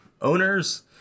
owners